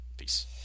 Peace